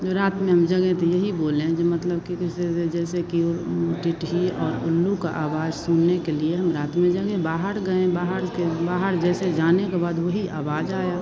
जो रात में हम जगे तो यही बोले ये मतलब कि कैसे कैसे जैसे कि और टिटही और उल्लू का आवाज़ सुनने के लिए हम रात में जगे बाहर गए बाहर के बाहर जैसे जाने के बाद वही आवाज़ आई